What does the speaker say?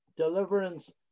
Deliverance